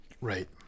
Right